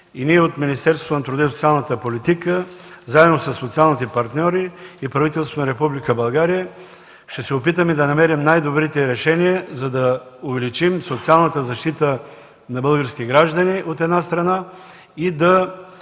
г. и Министерството на труда и социалната политика заедно със социалните партньори и правителството на Република България ще се опитаме да намерим най-добрите решения, за да увеличим социалната защита на българските граждани, от една страна, и да